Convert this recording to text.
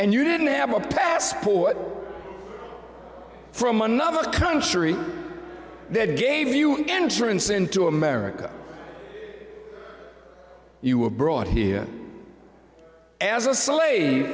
and you didn't have a passport from another country that gave you entrance into america you were brought here as a slave